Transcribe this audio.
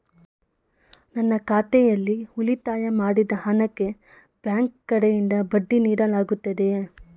ನನ್ನ ಖಾತೆಯಲ್ಲಿ ಉಳಿತಾಯ ಮಾಡಿದ ಹಣಕ್ಕೆ ಬ್ಯಾಂಕ್ ಕಡೆಯಿಂದ ಬಡ್ಡಿ ನೀಡಲಾಗುತ್ತದೆಯೇ?